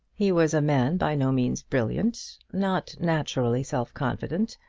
he was a man by no means brilliant, not naturally self-confident,